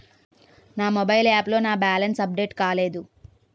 నా mobile app లో నా బ్యాలెన్స్ అప్డేట్ కాలేదు